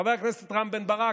חבר הכנסת רם בן ברק,